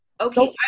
Okay